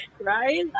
Right